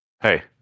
Hey